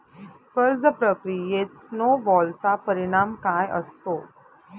कर्ज प्रक्रियेत स्नो बॉलचा परिणाम काय असतो?